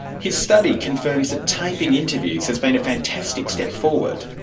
his study confirms that taping interviews has been a fantastic step forward,